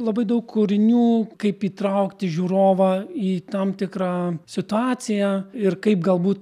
labai daug kūrinių kaip įtraukti žiūrovą į tam tikrą situaciją ir kaip galbūt